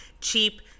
cheap